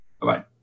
Bye-bye